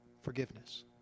forgiveness